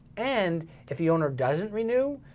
and if the owner doesn't renew,